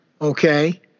Okay